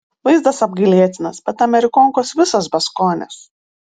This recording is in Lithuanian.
vaizdas apgailėtinas bet amerikonkos visos beskonės